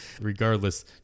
Regardless